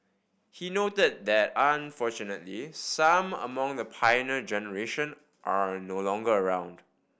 he noted that unfortunately some among the Pioneer Generation are no longer around